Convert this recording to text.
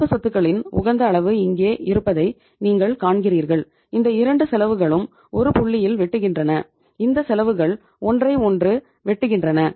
நடப்பு சொத்துகளின் உகந்த அளவு இங்கே இருப்பதை நீங்கள் காண்கிறீர்கள் இந்த 2 செலவுகளும் ஒரு புள்ளியில் வெட்டுகின்றன இந்த செலவுகள் ஒன்றை ஒன்று வெட்டுகின்றன